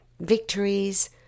victories